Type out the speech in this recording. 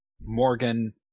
Morgan